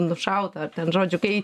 nušautą ar ten žodžiu kai